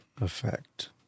effect